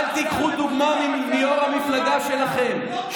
אל תיקחו דוגמה מיו"ר המפלגה שלכם,